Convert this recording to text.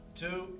two